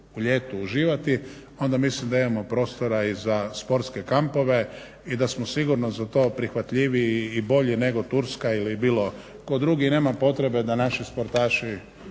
ljetu uživati, onda mislim da imamo prostora i za sportske kampove i da smo sigurno za to prihvatljiviji i bolji nego Turska ili bilo ko drugi. I nema potrebe da naši sportaši